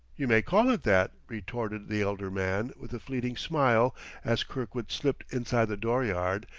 you may call it that, retorted the elder man with a fleeting smile as kirkwood slipped inside the dooryard.